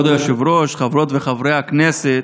כבוד היושב-ראש, חברות וחברי הכנסת,